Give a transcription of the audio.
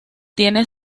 tiene